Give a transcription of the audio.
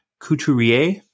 couturier